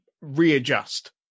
readjust